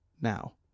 now